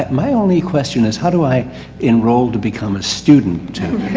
my only question is, how do i enroll to become a student